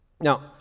Now